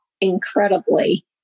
incredibly